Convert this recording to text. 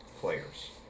players